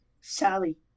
Sally